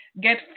get